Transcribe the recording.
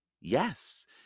Yes